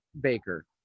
Baker